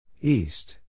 East